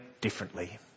differently